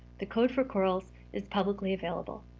the code for corels is publicly available.